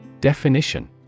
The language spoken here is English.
Definition